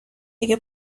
دیگه